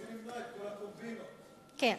כן,